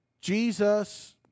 Jesus